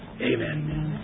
Amen